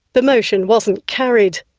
the motion wasn't carried.